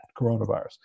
coronavirus